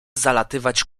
zalatywać